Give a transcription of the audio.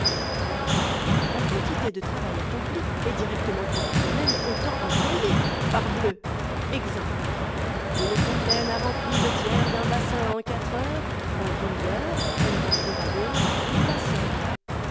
à la quantité de travail est directement proportionnelle au temps employé parbleu exemple une fontaine a rempli le tiers d'un bassin en heures en heures elle remplira donc tout le bassin